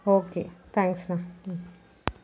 okay thanks ண்ணா ம்